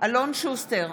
אלון שוסטר,